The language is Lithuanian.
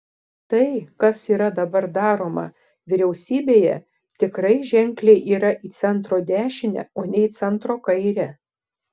tai kas yra dabar daroma vyriausybėje tikrai ženkliai yra į centro dešinę o ne į centro kairę